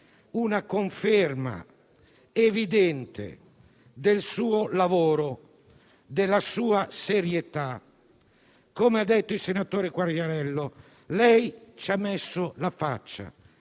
una conferma evidente del suo lavoro e della sua serietà. Come ha detto il senatore Quagliariello, lei ci ha messo la faccia,